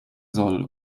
soll